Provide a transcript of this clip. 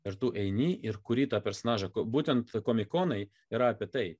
ir tu eini ir kuri tą personažą būtent komikonai yra apie tai